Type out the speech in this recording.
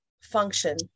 function